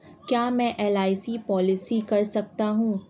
क्या मैं LIC policy कर सकता हूं?